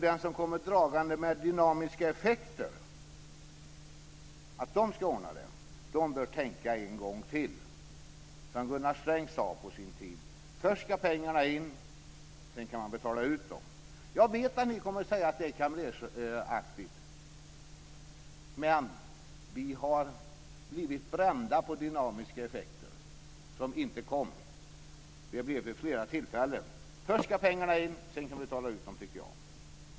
Den som kommer dragande med att dynamiska effekter ska ordna det bör tänka en gång till. Som Gunnar Sträng sade på sin tid: Först ska pengarna in, sedan kan man betala ut dem. Jag vet att ni kommer att säga att det är kamrersaktigt, men vi har blivit brända på dynamiska effekter som inte kommit. Vi har blivit det vid flera tillfällen. Först ska pengarna in, sedan kan vi betala ut dem - så tycker jag.